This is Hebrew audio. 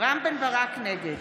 נגד